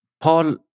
Paul